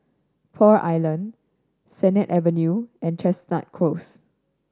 Pearl Island Sennett Avenue and Chestnut Close